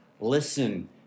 listen